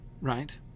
right